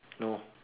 no